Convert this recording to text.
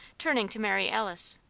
turning to mary alice.